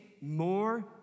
more